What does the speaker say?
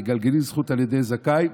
מגלגלין זכות על ידי זכאי.